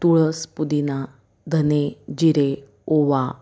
तुळस पुदिना धने जिरे ओवा